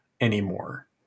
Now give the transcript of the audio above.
anymore